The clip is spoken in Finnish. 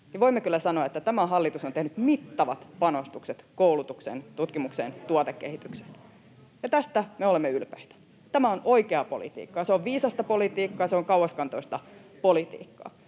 niin voimme kyllä sanoa, että tämä hallitus on tehnyt mittavat panostukset koulutukseen, tutkimukseen, tuotekehitykseen. Ja tästä me olemme ylpeitä. Tämä on oikeaa politiikkaa, se on viisasta politiikkaa, se on kauaskantoista politiikkaa.